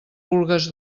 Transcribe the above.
vulgues